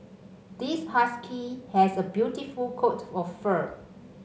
this husky has a beautiful coat of fur